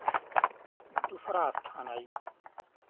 दूसरा स्थान आयी